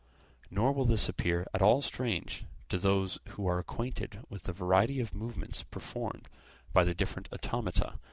nor will this appear at all strange to those who are acquainted with the variety of movements performed by the different automata,